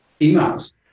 emails